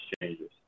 exchanges